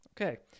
Okay